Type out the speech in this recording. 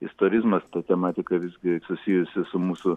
istorizmas ta tematika visgi susijusi su mūsų